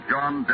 John